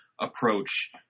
approach